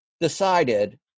decided